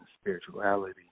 spirituality